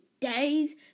days